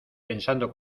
pensando